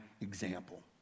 example